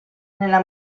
nella